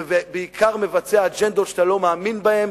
ובעיקר מבצע אג'נדות שאתה לא מאמין בהן,